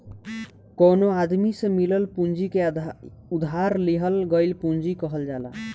कवनो आदमी से मिलल पूंजी के उधार लिहल गईल पूंजी कहल जाला